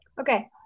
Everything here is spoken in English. Okay